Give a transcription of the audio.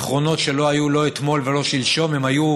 זיכרונות שלא היו לא אתמול ולא שלשום, הם היו